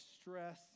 stress